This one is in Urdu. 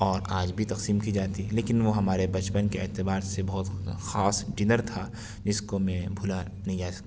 اور آج بھی تقسیم کی جاتی ہے لیکن وہ ہمارے بچپن کے اعتبار سے بہت خاص ڈنر تھا جس کو میں بھولا نہیں جا سکتا